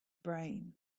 brain